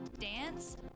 dance